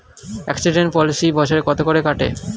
Accident policy বছরে কত করে কাটে?